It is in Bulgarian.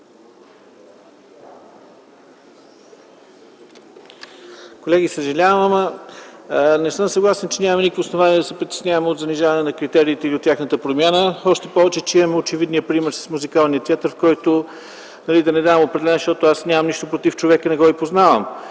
Колеги, съжалявам, но не съм съгласен, че нямаме никакво основание да се притесняваме от занижаване на критериите и от тяхната промяна. Още повече, че имаме очевидния пример с Музикалния театър. Да не давам определение, защото аз нямам нищо против човека. Не го и познавам,